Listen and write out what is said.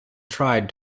tried